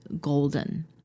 golden